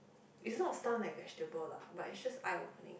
is not star my vegetable lah but it's just eye opening